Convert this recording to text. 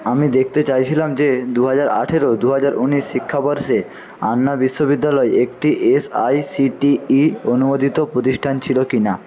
আমি দেখতে চাইছিলাম যে দুহাজার আঠেরো দুহাজার উনিশ শিক্ষাবর্ষে আন্না বিশ্ববিদ্যালয় একটি এসআইসিটিই অনুমোদিত প্রতিষ্ঠান ছিলো কি না